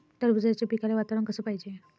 टरबूजाच्या पिकाले वातावरन कस पायजे?